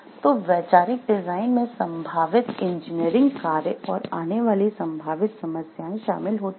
तो वैचारिक डिजाइन में संभावित इंजीनियरिंग कार्य और आने वाली संभावित समस्याएं शामिल होती हैं